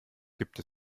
gibt